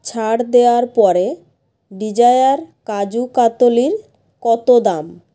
ছাড় দেওয়ার পরে ডিজায়ার কাজুু কাতলির কত দাম